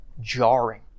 jarring